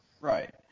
Right